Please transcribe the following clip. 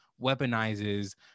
weaponizes